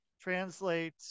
translate